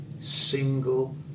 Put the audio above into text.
single